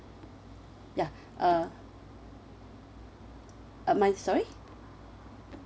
ya uh uh my sorry